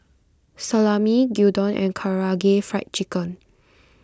Salami Gyudon and Karaage Fried Chicken